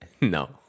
No